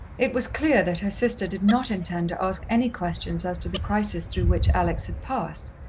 it was clear that her sister did not intend to ask any questions as to the crisis through which alex had passed,